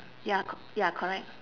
ya c~ ya correct